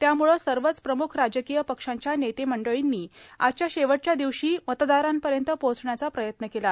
त्यामुळं सवच प्रमुख राजकांय पक्षांच्यानेते मंडळीनं आजच्या शेवटच्या दिवशी मतदारांपयत पोहचण्याचा प्रयत्न केला